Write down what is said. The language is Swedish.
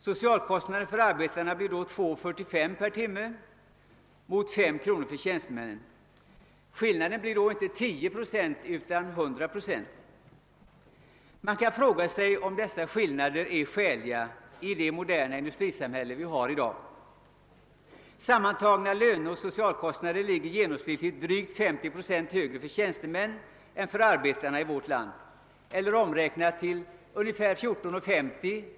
Socialkostnaden för arbetarna blir då 2,45 per timme mot 5 kr. för tjänstemännen. Skillnaden är alltså inte 10 procent utan 100 procent! Man kan fråga sig, om skillnader som dessa är skäliga i det moderna industrisamhället. Sammantagna löneoch socialkostnadssummor ligger genomsnittligt drygt 50 procent högre för tjänstemän än för arbetarna i vårt land eller ungefär 14:50 kr.